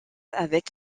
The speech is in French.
avec